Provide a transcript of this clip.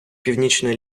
північної